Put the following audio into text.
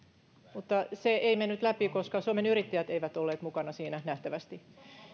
mutta se ei mennyt läpi koska suomen yrittäjät eivät olleet mukana siinä nähtävästi